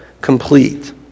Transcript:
complete